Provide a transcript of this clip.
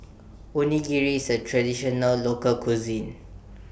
Onigiri IS A Traditional Local Cuisine